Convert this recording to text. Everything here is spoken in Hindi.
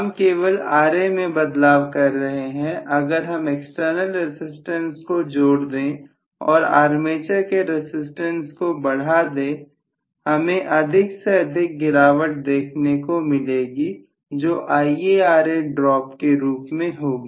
हम केवल Ra में बदलाव कर रहे हैं अगर हम एक्सटर्नल रसिस्टेंस को जोड़ दें और आर्मेचर के रसिस्टेंस को बढ़ा देहमें अधिक से अधिक गिरावट देखने को मिलेगी जो IaRa ड्रॉप के रूप में होगी